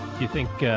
you think, ah,